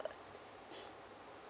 so